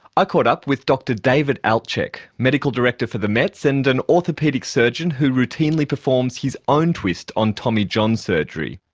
i caught up with dr david altchek, medical director for the mets and an orthopaedic surgeon who routinely performs his own twist on tommy john surgery,